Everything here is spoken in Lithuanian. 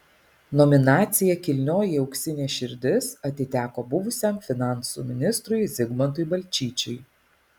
nominacija kilnioji auksinė širdis atiteko buvusiam finansų ministrui zigmantui balčyčiui